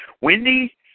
Wendy